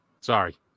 Sorry